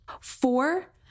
Four